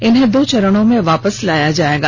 इन्हें दो चरण में वापस लाया जाएगा